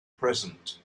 present